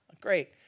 Great